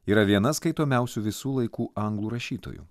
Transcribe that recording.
yra viena skaitomiausių visų laikų anglų rašytojų